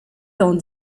dans